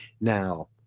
Now